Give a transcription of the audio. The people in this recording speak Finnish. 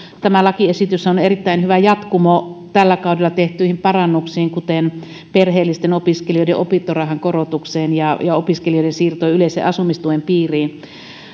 tämä lakiesitys on erittäin hyvä jatkumo tällä kaudella tehtyihin parannuksiin kuten perheellisten opiskelijoiden opintorahan korotukseen ja ja opiskelijoiden siirtoon yleisen asumistuen piiriin